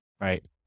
Right